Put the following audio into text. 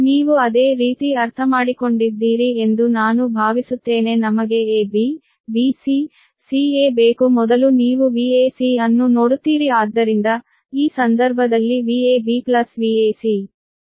ನೀವು ಅದೇ ರೀತಿ ಅರ್ಥಮಾಡಿಕೊಂಡಿದ್ದೀರಿ ಎಂದು ನಾನು ಭಾವಿಸುತ್ತೇನೆ ನಮಗೆ ab bc ca ಬೇಕು ಮೊದಲು ನೀವು Vac ಅನ್ನು ನೋಡುತ್ತೀರಿ ಆದ್ದರಿಂದ ಈ ಸಂದರ್ಭದಲ್ಲಿ Vab Vac